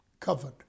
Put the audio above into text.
covered